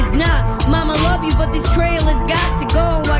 not. mom, i love you, but this trailer's got to go.